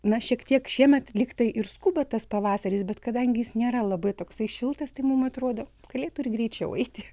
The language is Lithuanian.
na šiek tiek šiemet lyg tai ir skuba tas pavasaris bet kadangi jis nėra labai toksai šiltas tai mums atrodo galėtų ir greičiau eiti